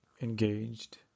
engaged